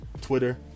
twitter